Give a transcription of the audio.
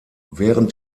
während